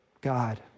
God